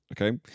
Okay